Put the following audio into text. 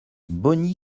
bogny